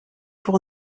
pour